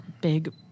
big